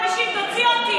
צעירים.